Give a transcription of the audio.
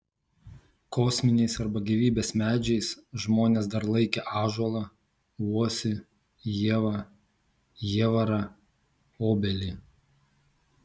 kosminiais arba gyvybės medžiais žmonės dar laikę ąžuolą uosį ievą jievarą obelį